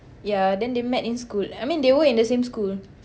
ya then they met in school I mean they were in the same school